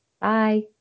bye